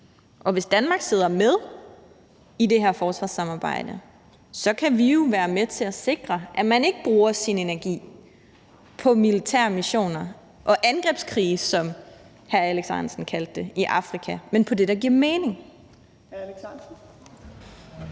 og hvis Danmark sidder med i det her forsvarssamarbejde, kan vi jo været med til at sikre, at man ikke bruger sin energi på militære missioner og angrebskrige, som hr. Alex Ahrendtsen kaldte det, i Afrika, men på det, der giver mening.